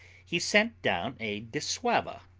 he sent down a dissauva,